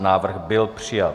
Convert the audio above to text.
Návrh byl přijat.